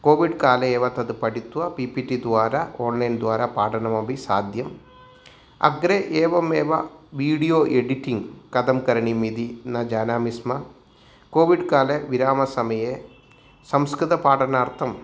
कोविड्काले एव तद् पठित्वा पिपिटिद्वारा ओन्लैन्द्वारा पाठनमपि साध्यं अग्रे एवमेव विडियो एडिटिङ्ग् कथं करणीयम् इति न जानामि स्म कोविड्काले विरामसमये संस्कृतं पाठनार्थम्